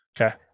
Okay